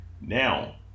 Now